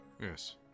Yes